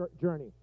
journey